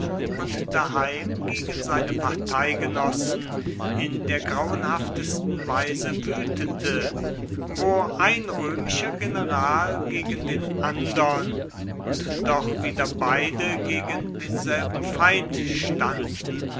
und daheim gegen seine parteigenossen in der grauenhaftesten weise wütete wo ein römischer general gegen den andern und doch wieder beide gegen denselben feind standen